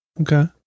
Okay